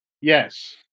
Yes